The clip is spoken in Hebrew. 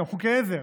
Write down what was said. גם חוקי עזר.